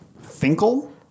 Finkel